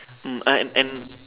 mm and and